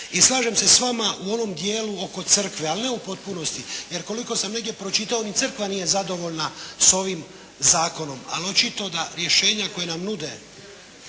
I slažem se s vama u onom dijelu oko Crkve, ali ne u potpunosti. Jer koliko sam negdje pročitao ni Crkva nije zadovoljna sa ovim Zakonom. Ali očito da rješenje koje nam nude,